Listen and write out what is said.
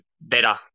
better